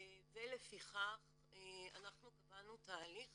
ולפיכך קבענו תהליך